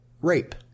rape